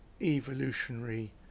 evolutionary